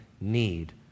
need